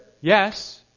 yes